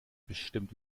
bestimmt